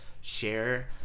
share